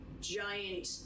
giant